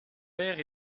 père